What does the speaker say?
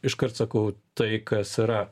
iškart sakau tai kas yra